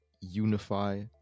unify